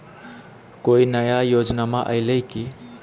कोइ नया योजनामा आइले की?